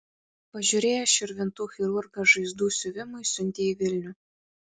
pažiūrėjęs širvintų chirurgas žaizdų siuvimui siuntė į vilnių